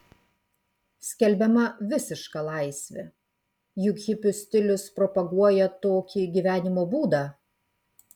skelbiama visiška laisvė juk hipių stilius propaguoja tokį gyvenimo būdą